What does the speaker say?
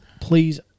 please